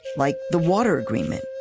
like the water agreement.